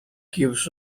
gives